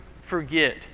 forget